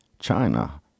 China